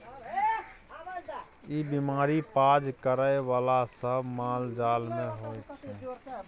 ई बीमारी पाज करइ बला सब मालजाल मे होइ छै